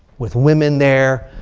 with women there,